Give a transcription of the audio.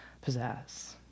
possess